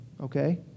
Okay